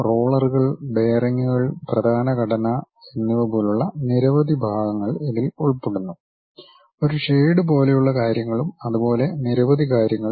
റോളറുകൾ ബെയറിംഗുകൾ പ്രധാന ഘടന എന്നിവ പോലുള്ള നിരവധി ഭാഗങ്ങൾ ഇതിൽ ഉൾപ്പെടുന്നു ഒരു ഷേഡ് പോലെയുള്ള കാര്യങ്ങളും അതുപോലെ നിരവധി കാര്യങ്ങളും